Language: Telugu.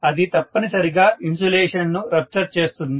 అది తప్పనిసరిగా ఇన్సులేషన్ ను రప్చర్ చేస్తుంది